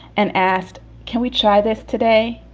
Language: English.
and asked, can we try this today?